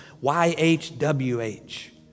Y-H-W-H